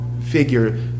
figure